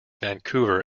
vancouver